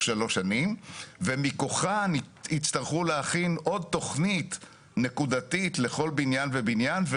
שלוש שנים ומכוחה יצטרכו להכין עוד תכנית נקודתית לכל בניין ובניין.